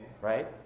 right